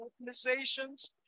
organizations